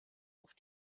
auf